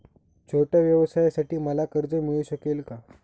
छोट्या व्यवसायासाठी मला कर्ज मिळू शकेल का?